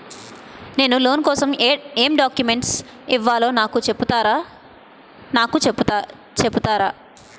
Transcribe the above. నేను లోన్ కోసం ఎం డాక్యుమెంట్స్ ఇవ్వాలో నాకు చెపుతారా నాకు చెపుతారా?